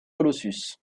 colossus